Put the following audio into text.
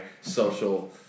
social